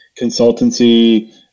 consultancy